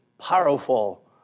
powerful